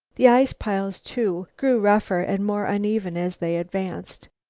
the ice-piles, too, grew rougher and more uneven as they advanced.